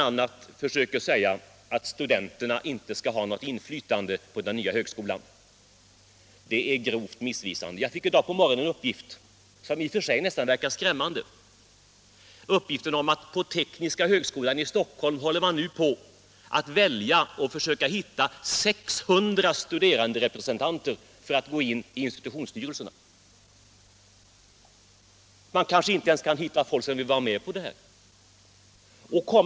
a. försöker man säga att studenterna inte skall ha något inflytande på den nya högskolan. Det är grovt missvisande. Jag fick i dag på morgonen en uppgift, som i och för sig nästan verkar skrämmande, om att man på tekniska högskolan i Stockholm nu håller på att försöka hitta och välja 600 studeranderepresentanter för att gå in i institutionsstyrelserna. Man kanske inte ens kan hitta folk som vill vara med på det här.